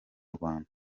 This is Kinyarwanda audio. rwanda